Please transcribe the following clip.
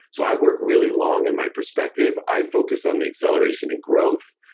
so i work really long in my perspective. i focus on the acceleration and growth,